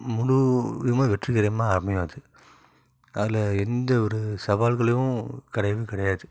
முழுவதுமே வெற்றிகரமாக அமையும் அது அதில் எந்த ஒரு சவால்களும் கிடையவே கிடையாது